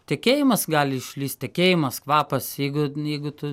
tekėjimas gali išlįst tekėjimas kvapas jeigu jeigu tu